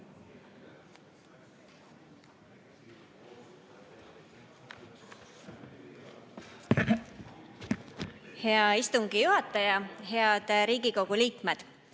Hea istungi juhataja! Head Riigikogu liikmed!